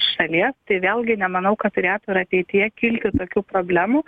šalies tai vėlgi nemanau kad turėtų ir ateityje kilti tokių problemų